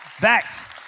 back